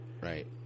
Right